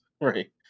right